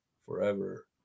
Forever